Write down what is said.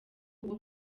uwo